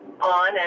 on